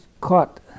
caught